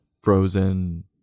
Frozen